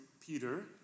Peter